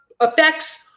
effects